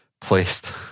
placed